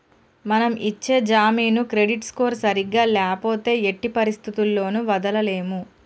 మనం ఇచ్చే జామీను క్రెడిట్ స్కోర్ సరిగ్గా ల్యాపోతే ఎట్టి పరిస్థతుల్లోను వదలలేము